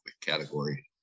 category